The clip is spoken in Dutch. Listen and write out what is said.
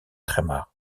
trema